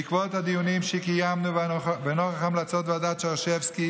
בעקבות הדיונים שקיימנו ולנוכח המלצות ועדת שרשבסקי